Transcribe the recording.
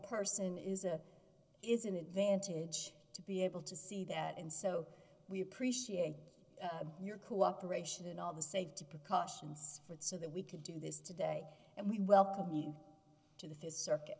person is a is an advantage to be able to see that and so we appreciate your cooperation and all the safety precautions for it so that we could do this today and we welcome you to the th circuit